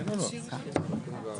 כן או לא?